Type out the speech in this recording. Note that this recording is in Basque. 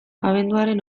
abenduaren